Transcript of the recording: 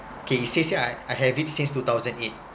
okay say say I I have it since two thousand eight